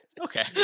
Okay